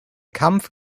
kampf